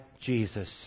Jesus